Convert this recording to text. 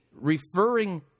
referring